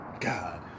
God